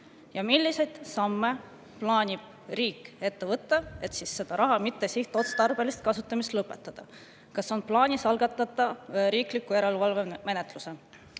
Milliseid samme plaanib riik ette võtta, et raha mittesihtotstarbeline kasutamine lõpetada? Kas on plaanis algatada riikliku järelevalve menetlus?